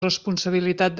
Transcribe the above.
responsabilitat